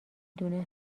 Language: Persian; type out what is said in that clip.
دونه